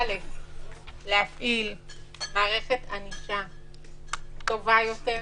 אל"ף, להפעיל מערכת ענישה טובה יותר,